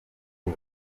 ubu